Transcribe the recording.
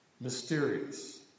mysterious